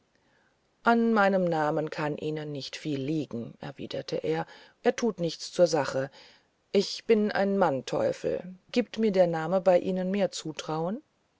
an meinem namen kann ihnen nicht viel liegen erwiderte er der tut nichts zur sache ich bin ein mannteuffel gibt mir der name bei ihnen mehr zutrauen